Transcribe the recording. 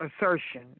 assertion